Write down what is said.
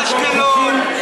לאשקלון?